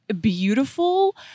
beautiful